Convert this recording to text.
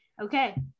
Okay